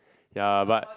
ya but